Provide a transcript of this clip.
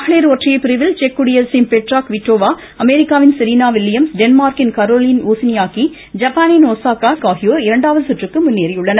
மகளிர் ஒற்றையர் பிரிவில் செக் குடியரசின் பெட்ரா குவிட்டோவா அமெரிக்காவின் செரீனா வில்லியம்ஸ் டென்மார்க்கின் கரோலின் ஓஸ்னியாக்கி ஜப்பானின் ஷசாகா ஆகியோர் இரண்டாவது சுற்றுக்கு முன்னேறியுள்ளனர்